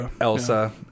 Elsa